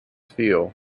feel